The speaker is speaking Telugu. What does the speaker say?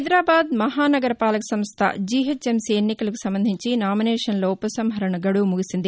హైదరాబాద్ మహా నగరపాలక సంస్థ జీహెచ్ఎంసీ ఎన్నికలకు సంబంధించి నామినేషన్ల ఉ పసంహరణ గడువు ముగిసింది